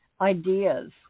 ideas